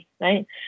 right